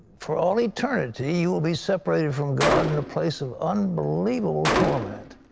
for all eternity, you will be separated from god in a place of unbelievable torment.